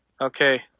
Okay